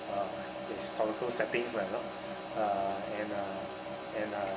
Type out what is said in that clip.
uh historical settings like you know uh and uh and uh